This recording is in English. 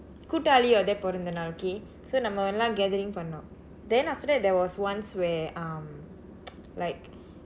கூட்டாளி உடைய பிறந்தநாள்:kuutdaali udaya pirandthanaal okay so நம்ம எல்லாம்:namma ellaam gathering பண்ணோம்:pannoom then after that there was once where um like